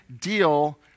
deal